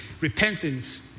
repentance